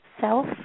self